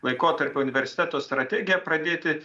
laikotarpio universiteto strategiją pradėti